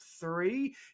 three